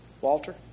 Walter